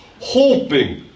hoping